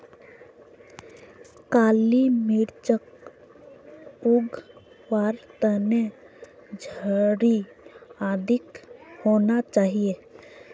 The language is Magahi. काली मिर्चक उग वार तने झड़ी अधिक होना चाहिए